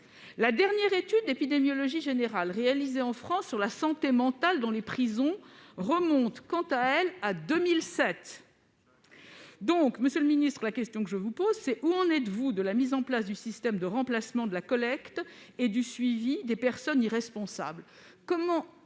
La dernière étude épidémiologique générale réalisée en France sur la santé mentale dans les prisons remonte quant à elle à 2007 ... Monsieur le Premier ministre, voilà ma question : où en êtes-vous de la mise en place du système de remplacement de la collecte et du suivi des personnes irresponsables ?